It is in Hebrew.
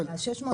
יסמין,